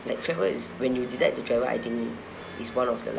like travel is when you decide to travel I think it's one of the like